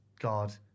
God